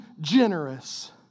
generous